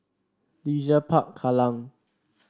Leisure Park Kallang